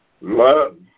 love